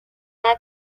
una